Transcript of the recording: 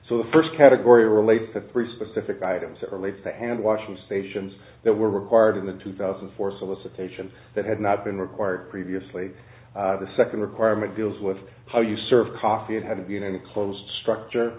so the first category relates to three specific items that relates to hand washing stations that were required in the two thousand and four solicitation that had not been required previously the second requirement deals with how you serve coffee and how to be an enclosed structure